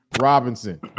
Robinson